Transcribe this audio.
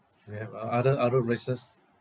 we have uh other other races